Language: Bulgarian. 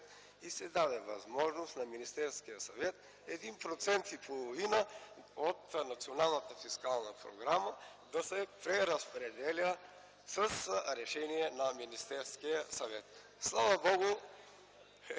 и се даде възможност на Министерския съвет 1,5% от националната фискална програма да се преразпределя с решение на Министерския съвет. Слава Богу,